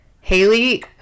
Haley